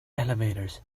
elevators